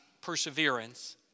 perseverance